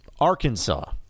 Arkansas